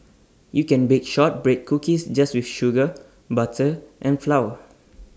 you can bake Shortbread Cookies just with sugar butter and flour